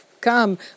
come